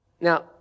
Now